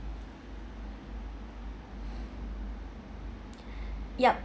yup